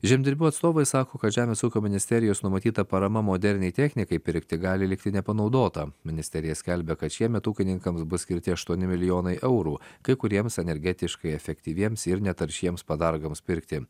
žemdirbių atstovai sako kad žemės ūkio ministerijos numatyta parama moderniai technikai pirkti gali likti nepanaudota ministerija skelbia kad šiemet ūkininkams bus skirti aštuoni milijonai eurų kai kuriems energetiškai efektyviems ir netaršiems padargams pirkti